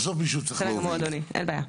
בסדר גמור אדוני, אין בעיה.